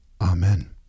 Amen